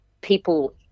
people